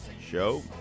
show